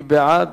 מי בעד?